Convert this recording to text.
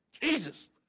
Jesus